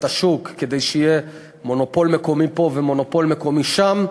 השוק כדי שיהיה מונופול מקומי פה ומונופול מקומי שם,